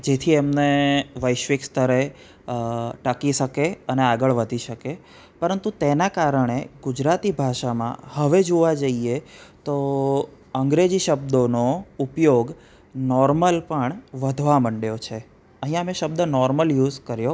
જેથી એમને વૈશ્વિક સ્તરે ટકી શકે અને આગળ વધી શકે પરંતુ તેના કારણે ગુજરાતી ભાષામાં હવે જોવા જઈએ તો અંગ્રેજી શબ્દોનો ઉપયોગ નોર્મલ પણ વધવા મંડ્યો છે અહીંયા મેં શબ્દ નોર્મલ યુસ કર્યો